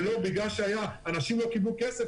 בגלל שאנשים לא קיבלו כסף,